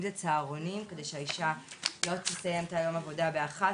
אם זה צהרונים כדי שהאישה לא תסיים את היום עבודה באחת,